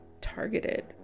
targeted